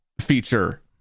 feature